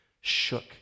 shook